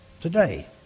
today